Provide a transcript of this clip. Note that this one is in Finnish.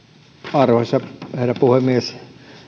arvoisa herra puhemies